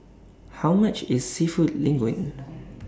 How much IS Seafood Linguine